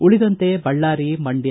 ಉಳಿದಂತೆ ಬಳ್ಳಾರಿ ಮಂಡ್ಯ